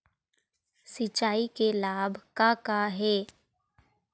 सिचाई के लाभ का का हे?